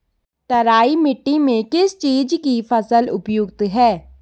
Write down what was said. तराई मिट्टी में किस चीज़ की फसल उपयुक्त है?